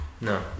No